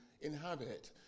inhabit